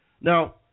Now